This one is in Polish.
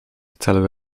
celu